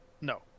no